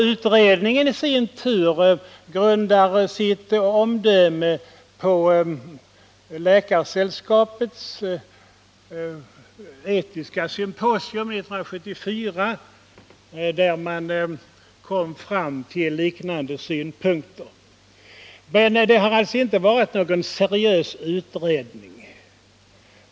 Utredningen i sin tur grundar sitt omdöme på Läkaresällskapets etiska symposium 1974, där man kom fram till liknande synpunkter. Men det har naturligtvis inte varit någon seriös utredning.